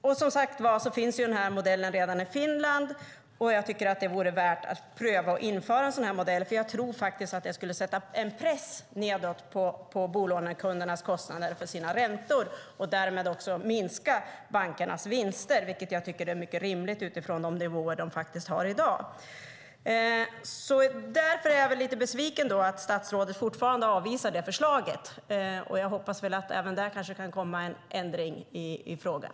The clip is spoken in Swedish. Den här modellen finns som sagt redan i Finland, och jag tycker att det vore värt att pröva att införa en sådan här modell, för jag tror faktiskt att det skulle sätta en press nedåt på bolånekundernas kostnader för sina räntor och därmed också minska bankernas vinster, vilket jag tycker är mycket rimligt utifrån de nivåer de faktiskt har i dag. Därför är jag lite besviken på att statsrådet fortfarande avvisar det förslaget. Jag hoppas väl att det även där kan komma en ändring i frågan.